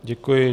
Děkuji.